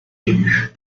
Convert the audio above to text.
élu